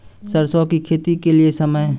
सरसों की खेती के लिए समय?